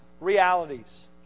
realities